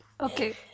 Okay